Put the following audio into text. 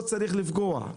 לא צריך לפגוע.